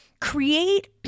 create